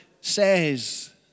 says